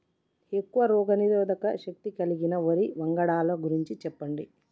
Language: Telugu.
ఎక్కువ రోగనిరోధక శక్తి కలిగిన వరి వంగడాల గురించి చెప్పండి?